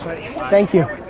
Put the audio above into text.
thank you.